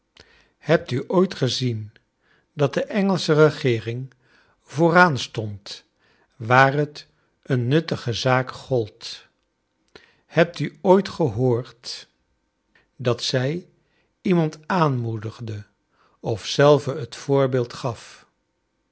hebt u ooit gezien dat de engelsche regeering vooraan stond waar het een nuttige zaak gold hebt u ooit gehoord dat zij iemand aanmoedigde of zelve het voorbecld gaf